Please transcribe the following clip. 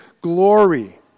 glory